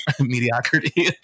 mediocrity